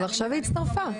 אבל עכשיו היא הצטרפה.